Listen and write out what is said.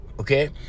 okay